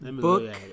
Book